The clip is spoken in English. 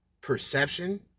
perception